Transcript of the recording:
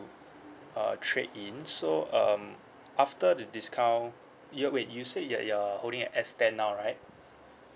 uh trade in so um after the discount you wait you said that you're holding an S ten now right